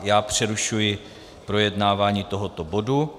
Já přerušuji projednávání tohoto bodu.